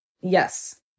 Yes